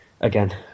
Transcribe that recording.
again